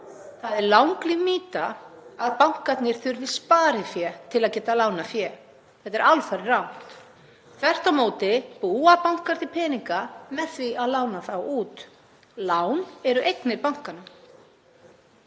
Það er langlíf mýta að bankarnir þurfi sparifé til að geta lánað fé. Þetta er alfarið rangt. Þvert á móti búa bankar til peninga með því að lána þá út. Lán eru eignir bankanna.